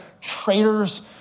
traitors